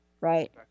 right